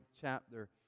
chapter